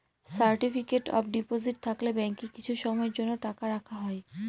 certificate of deposit থাকলে ব্যাঙ্কে কিছু সময়ের জন্য টাকা রাখা হয়